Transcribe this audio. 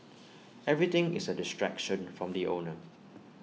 everything is A distraction from the owner